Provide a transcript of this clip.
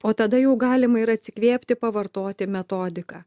o tada jau galima ir atsikvėpti pavartoti metodiką